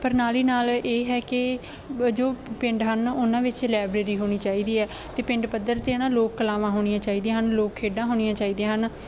ਪਰ ਨਾਲ ਹੀ ਨਾਲ ਇਹ ਹੈ ਕਿ ਜੋ ਪਿੰਡ ਹਨ ਉਹਨਾਂ ਵਿੱਚ ਲਾਇਬਰੇਰੀ ਹੋਣੀ ਚਾਹੀਦੀ ਹੈ ਅਤੇ ਪਿੰਡ ਪੱਧਰ 'ਤੇ ਨਾ ਲੋਕ ਕਲਾਵਾਂ ਹੋਣੀਆਂ ਚਾਹੀਦੀਆਂ ਹਨ ਲੋਕ ਖੇਡਾਂ ਹੋਣੀਆਂ ਚਾਹੀਦੀਆਂ ਹਨ